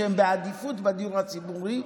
שהם בעדיפות בדיור הציבורי,